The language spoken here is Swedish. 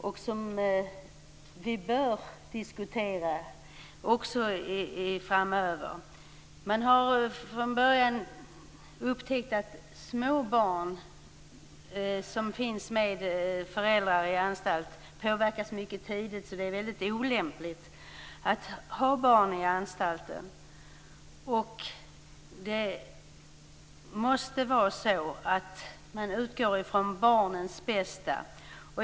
De måste diskuteras framöver. Små barn som finns tillsammans med föräldrar i anstalt påverkas tidigt. Det är olämpligt att ha barn i anstalten. Man måste utgå från barnens bästa.